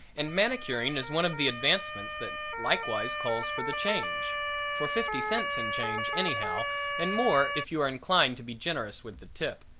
and manicuring is one of the advancements that likewise calls for the change for fifty cents in change anyhow and more if you are inclined to be generous with the tip.